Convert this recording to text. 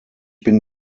bin